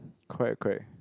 correct correct